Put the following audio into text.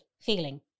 feeling